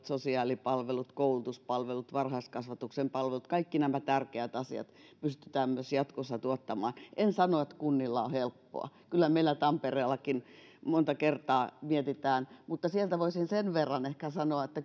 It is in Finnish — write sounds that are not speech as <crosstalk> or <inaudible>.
<unintelligible> sosiaalipalvelut koulutuspalvelut varhaiskasvatuksen palvelut kaikki nämä tärkeät asiat pystytään myös jatkossa tuottamaan en sano että kunnilla on helppoa kyllä meillä tampereellakin monta kertaa mietitään mutta sieltä voisin sen verran ehkä sanoa että <unintelligible>